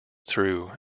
through